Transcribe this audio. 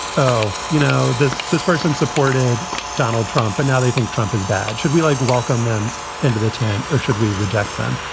oh, you know, this this person supported donald trump and now they think trump is bad. should we, like, welcome them into the tent or should we reject them?